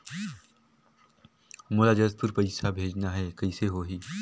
मोला जशपुर पइसा भेजना हैं, कइसे होही?